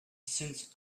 since